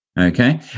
Okay